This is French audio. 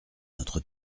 notre